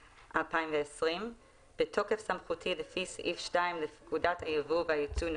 התשפ"א-2020 בתוקף סמכותי לפי סעיף 2 לפקודת היבוא והיצוא ,